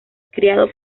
criado